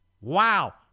Wow